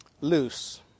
Loose